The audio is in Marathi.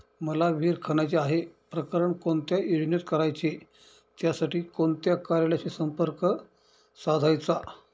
मला विहिर खणायची आहे, प्रकरण कोणत्या योजनेत करायचे त्यासाठी कोणत्या कार्यालयाशी संपर्क साधायचा?